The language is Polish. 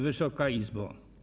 Wysoka Izbo!